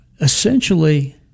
Essentially